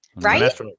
Right